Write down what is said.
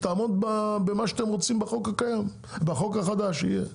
תעמוד במה שאתם רוצים בחוק החדש שיהיה,